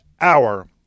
hour